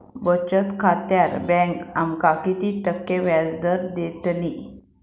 बचत खात्यार बँक आमका किती टक्के व्याजदर देतली?